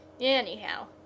Anyhow